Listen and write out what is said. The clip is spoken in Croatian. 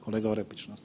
Kolega Orepić.